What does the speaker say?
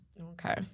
Okay